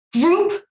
group